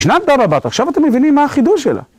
תודה רבה, עכשיו אתם מבינים מה החידוש שלה.